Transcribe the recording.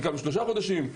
חלקם הורחקו לשלושה חודשים,